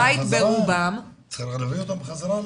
שכרגע ברובם נשארים בבית --- צריך להביא אותם בחזרה.